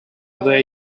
other